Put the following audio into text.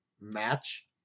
match